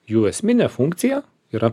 jų esminė funkcija yra